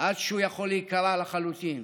עד שהוא יכול להיקרע לחלוטין,